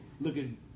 looking